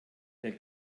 der